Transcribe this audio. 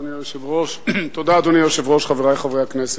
אדוני היושב-ראש, חברי חברי הכנסת,